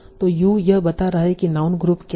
तो यू यह बता रहा हैं कि नाउन ग्रुप क्या है